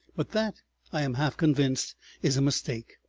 but that i am half convinced is a mistake.